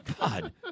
God